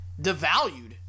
devalued